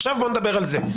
עכשיו בוא נדבר על זה.